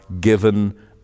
given